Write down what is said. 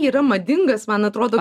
yra madingas man atrodo